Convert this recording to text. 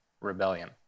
rebellion